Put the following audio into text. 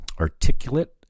articulate